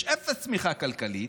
יש אפס צמיחה כלכלית,